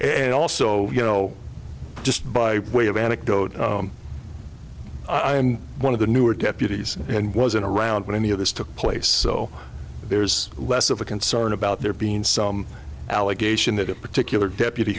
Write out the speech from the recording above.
and also you know just by way of anecdote i and one of the newer deputies and wasn't around when any of this took place so there's less of a concern about there being some allegation that a particular deputy